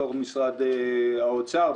בתוך משרד האוצר,